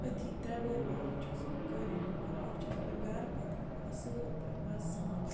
أتھی ترٛےٚ بٔرۍ بارٕنۍ چھِ ٲسۍمٕتۍ قٲلیٖن کٲم کَران اَکھ چھِ ٲسۍمٕتۍ یِم گَرٕ پَکناوان اَصٕل پٲٹھۍ مَزٕ سان